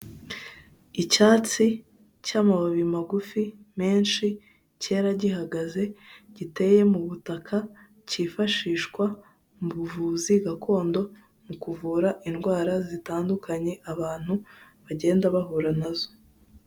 Icyatsi cy'amababi magufi menshi, kera gihagaze, giteye mu butaka, kifashishwa mu buvuzi gakondo, mu kuvura indwara zitandukanye, abantu bagenda bahura nazo.